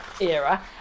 era